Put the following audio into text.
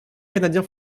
canadien